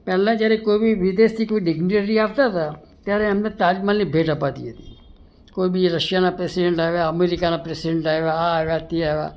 પેલા જયારે વિદેશથી કોઈ બુદ્ધિજીવી આવતા તા ત્યારે એમને તાજમહેલની ભેટ અપાતી હતી કોઈ બી રશિયાના પ્રેસિડેન્ટ આવ્યા અમેરિકાના પ્રેસિડેન્ટ આવ્યા આ આવ્યા તે આવ્યા